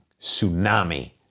tsunami